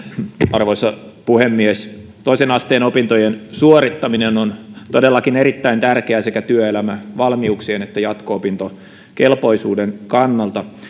arvoisa puhemies toisen asteen opintojen suorittaminen on todellakin erittäin tärkeää sekä työelämävalmiuksien että jatko opintokelpoisuuden kannalta